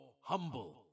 humble